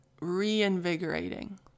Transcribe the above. reinvigorating